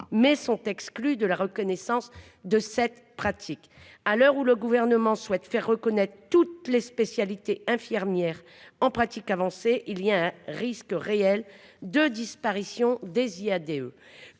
mais sont exclus de la reconnaissance de cette pratique. À l'heure où le gouvernement souhaite faire reconnaître toutes les spécialités infirmières en pratique avancée il y a un risque réel de disparition des Iade,